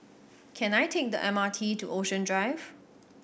can I take the M R T to Ocean Drive